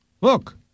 look